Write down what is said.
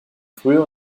frühen